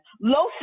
low